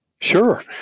Sure